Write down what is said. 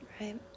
right